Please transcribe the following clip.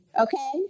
okay